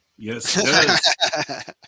Yes